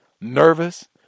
nervous